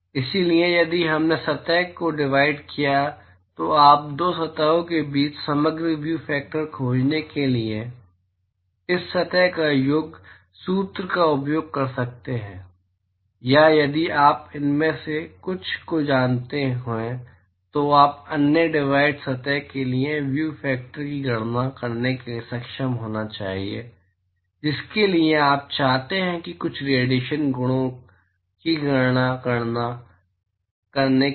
इसलिए यदि हमने सतह को डिवाइड किया है तो आप दो सतहों के बीच समग्र व्यू फैक्टर खोजने के लिए इस तरह के योग सूत्र का उपयोग कर सकते हैं या यदि आप उनमें से कुछ को जानते हैं तो आप अन्य डिवाइड सतह के लिए व्यू फैकूटर की गणना करने में सक्षम होना चाहिए जिसके लिए आप चाहते हैं कुछ रेडिएशन गुणों की गणना करने के लिए